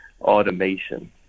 automation